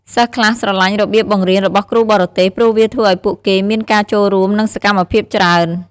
សិស្សខ្លះស្រឡាញ់របៀបបង្រៀនរបស់គ្រូបរទេស ព្រោះវាធ្វើឱ្យពួកគេមានការចូលរួម និងសកម្មភាពច្រើន។